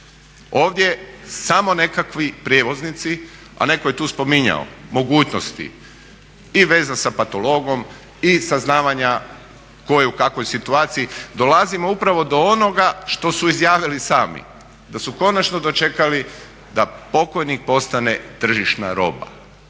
Ovdje samo nekakvi prijevoznici, a netko je tu spominjao mogućnosti i veza sa patologom i saznavanja tko je u kakvoj situaciji dolazimo upravo do onoga što su izjavili sami, da su konačno dočekali da pokojnik postane tržišna roba.